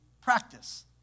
practice